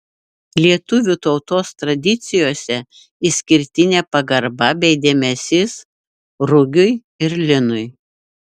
lietuvių tautos tradicijose išskirtinė pagarba bei dėmesys rugiui ir linui